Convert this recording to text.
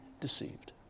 deceived